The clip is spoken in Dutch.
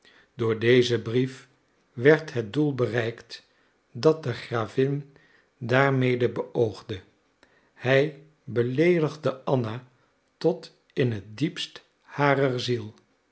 door dezen brief werd het doel bereikt dat de gravin daarmede beoogde hij beleedigde anna tot in het diepst harer ziel